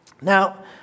Now